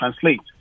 translate